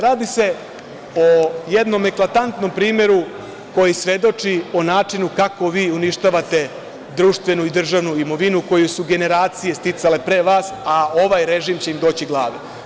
Radi se o jednom eklatantnom primeru koji svedoči o načinu kako vi uništavate društvenu i državnu imovinu koju su generacije sticale pre vas, a ovaj režim će im doći glave.